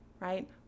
right